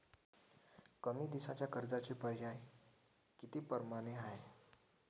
कमी दिसाच्या कर्जाचे पर्याय किती परमाने हाय?